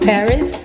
Paris